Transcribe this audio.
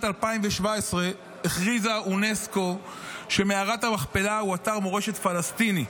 2017 הכריזה אונסק"ו שמערת המכפלה היא אתר מורשת פלסטיני.